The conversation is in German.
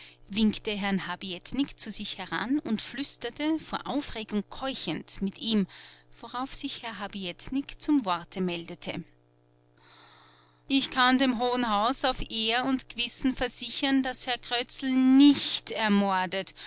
winkte herrn habietnik zu sich heran und flüsterte vor aufregung keuchend mit ihm worauf sich herr habietnik zum worte meldete ich kann dem hohen haus auf ehr und gewissen versichern daß herr krötzl nicht ermordet